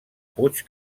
puig